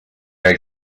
hay